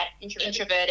introverted